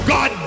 God